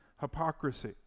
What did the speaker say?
hypocrisy